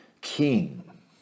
king